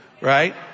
Right